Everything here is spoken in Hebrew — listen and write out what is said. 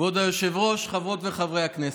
כבוד היושב-ראש, חברות וחברי הכנסת,